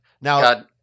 Now